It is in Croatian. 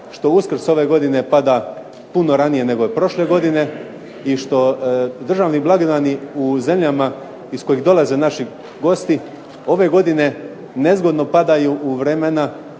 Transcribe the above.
što Uskrs ove godine pada puno ranije nego prošle godine i što državni blagdani u zemljama iz kojih dolaze naši gosti ove godine nezgodno padaju u vremena